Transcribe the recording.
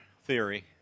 theory